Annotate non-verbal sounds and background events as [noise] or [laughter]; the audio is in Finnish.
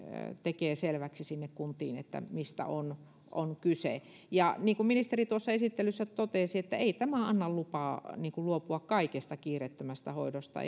tekee selväksi sinne kuntiin mistä on on kyse niin kuin ministeri tuossa esittelyssä totesi tämä ei anna lupaa luopua kaikesta kiireettömästä hoidosta [unintelligible]